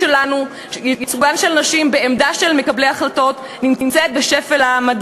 תן לה להשלים את הדברים שלה.